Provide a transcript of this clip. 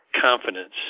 confidence